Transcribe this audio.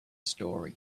story